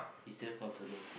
it's damn comfortable